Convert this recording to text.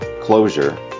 closure